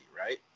right